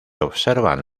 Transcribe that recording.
observan